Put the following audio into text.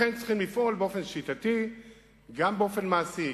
לכן צריכים לפעול באופן שיטתי גם באופן מעשי,